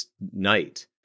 night